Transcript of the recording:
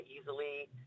easily